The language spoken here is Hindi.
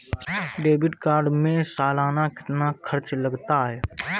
डेबिट कार्ड में सालाना कितना खर्च लगता है?